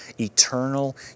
eternal